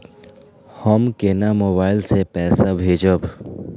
हम केना मोबाइल से पैसा भेजब?